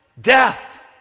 Death